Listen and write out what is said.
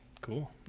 Cool